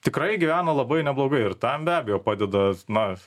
tikrai gyveno labai neblogai ir tam be abejo padeda na